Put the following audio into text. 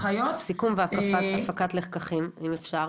סיכום והפקת לקחים אם אפשר.